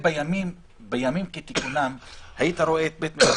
בימים כתיקונם היית רואה את בית המשפט